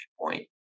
point